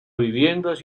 viviendas